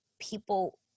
people